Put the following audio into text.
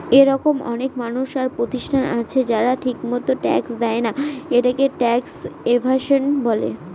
এরকম অনেক মানুষ আর প্রতিষ্ঠান আছে যারা ঠিকমত ট্যাক্স দেয়না, এটাকে ট্যাক্স এভাসন বলে